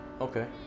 Okay